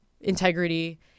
integrity